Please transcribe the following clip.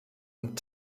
und